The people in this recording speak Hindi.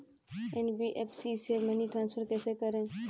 एन.बी.एफ.सी से मनी ट्रांसफर कैसे करें?